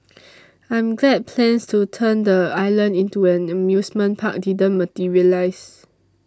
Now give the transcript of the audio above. I'm glad plans to turn the island into an amusement park didn't materialise